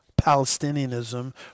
Palestinianism